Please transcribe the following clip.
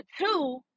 two